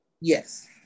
Yes